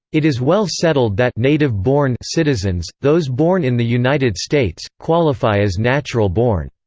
it is well settled that native-born citizens, those born in the united states, qualify as natural born.